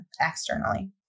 externally